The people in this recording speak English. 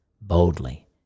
boldly